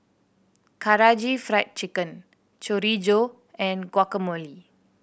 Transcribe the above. Karaage Fried Chicken Chorizo and Guacamole